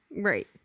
Right